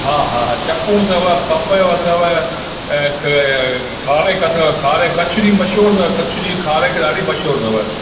हा हा चकूं अथव पपयो अथव अक खारक अथव खारक कच्छ जी मशहूरु अथव कच्छ जी खारक ॾाढी मशहूर अथव